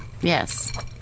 Yes